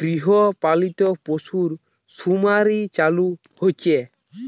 গৃহ পালিত পশুসুমারি চালু হইচে